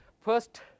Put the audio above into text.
first